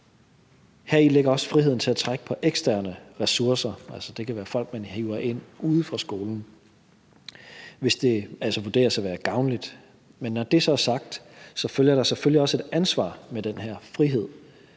Heri ligger også friheden til at trække på eksterne ressourcer. Det kan være folk, man hiver ind udefra, hvis det altså vurderes at være gavnligt. Men når det så er sagt, følger der selvfølgelig også et ansvar med den her frihed